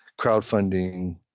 crowdfunding